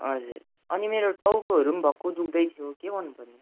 हजुर अनि मेरो टाउकोहरू पनि भक्कु दुख्दैथियो के गर्नुपर्ने